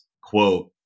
quote